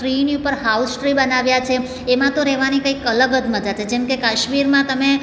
ટ્રીની ઉપર house tree બનાવ્યા છે એમાં તો રહેવાની કંઈક અલગ જ મજા છે જેમકે કાશ્મીરમાં તમે